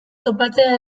topatzea